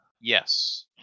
Yes